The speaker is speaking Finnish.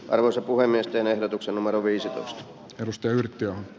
arvoisa puhemies teen ehdotuksen numero viisi risteydyttyään